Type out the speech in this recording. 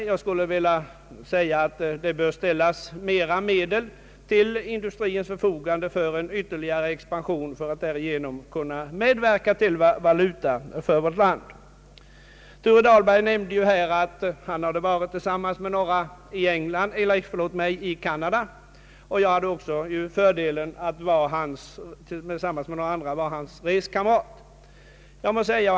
Jag skulle vilja säga att det bör ställas mera medel till industrins förfogande för en ytterligare expansion som kunde bidraga till ökade valutaintäkter för vårt land. Herr Dahlberg nämnde att han tillsammans med några andra riksdagsledamöter varit i Canada, och jag hade förmånen att vara hans reskamrat.